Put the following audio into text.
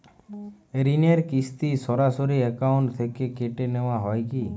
ঋণের কিস্তি সরাসরি অ্যাকাউন্ট থেকে কেটে নেওয়া হয় কি?